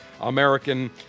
American